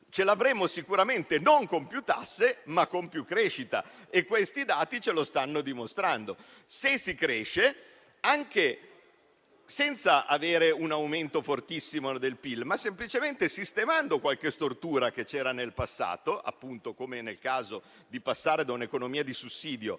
raggiungeremmo sicuramente non con più tasse ma con più crescita, e questi dati ce lo stanno dimostrando. Si cresce anche senza avere un aumento fortissimo del PIL, ma semplicemente sistemando qualche stortura che c'era nel passato, come nel caso del passaggio da un'economia di sussidio